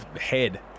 head